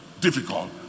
difficult